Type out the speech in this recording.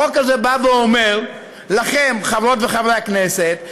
החוק הזה בא ואומר לכם: חברות וחברי הכנסת,